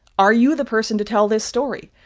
are you the person to tell this story?